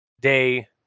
day